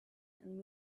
and